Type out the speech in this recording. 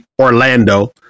Orlando